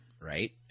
right